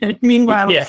Meanwhile